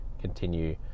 continue